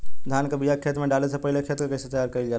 धान के बिया खेत में डाले से पहले खेत के कइसे तैयार कइल जाला?